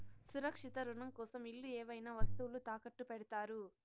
సురక్షిత రుణం కోసం ఇల్లు ఏవైనా వస్తువులు తాకట్టు పెడతారు